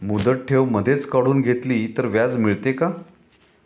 मुदत ठेव मधेच काढून घेतली तर व्याज मिळते का?